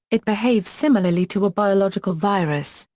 it behaves similarly to a biological virus,